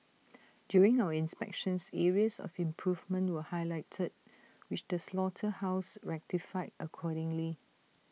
during our inspections areas of improvement were highlighted which the slaughterhouse rectified accordingly